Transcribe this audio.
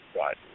right